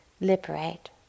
liberate